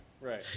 right